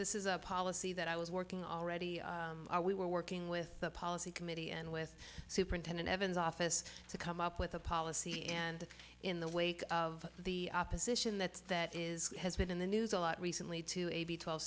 this is a policy that i was working already are we were working with the policy committee and with superintendent evans office to come up with a policy and in the wake of the opposition that that is has been in the news a lot recently to a b twelve